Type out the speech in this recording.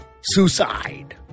Suicide